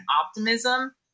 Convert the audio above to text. optimism